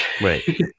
Right